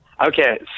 Okay